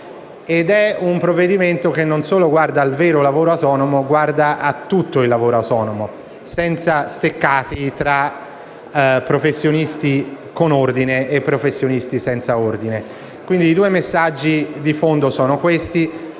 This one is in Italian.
subordinato, e non solo guarda al vero lavoro autonomo, ma a tutto il lavoro autonomo, senza steccati tra professionisti con ordine e professionisti senza ordine. I due messaggi di fondo sono questi: